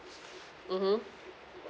mmhmm